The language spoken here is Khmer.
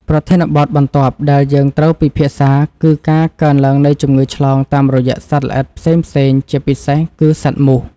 ប្រធានបទបន្ទាប់ដែលយើងត្រូវពិភាក្សាគឺការកើនឡើងនៃជំងឺឆ្លងតាមរយៈសត្វល្អិតផ្សេងៗជាពិសេសគឺសត្វមូស។